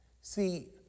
See